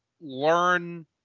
learn